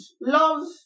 love